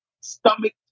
stomach